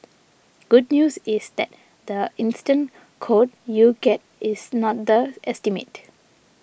good news is that the instant quote you get is not the estimate